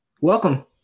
Welcome